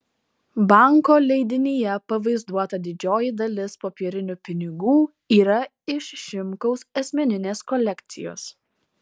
banko leidinyje pavaizduota didžioji dalis popierinių pinigų yra iš šimkaus asmeninės kolekcijos